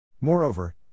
Moreover